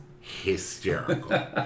hysterical